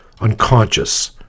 unconscious